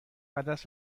عدس